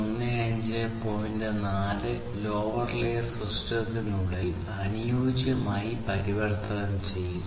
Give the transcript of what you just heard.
4 lower layer സിസ്റ്റത്തിനുള്ളിൽ അനുയോജ്യമായി പരിവർത്തനം ചെയ്യുന്നു